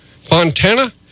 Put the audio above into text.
Fontana